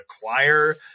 require